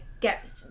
get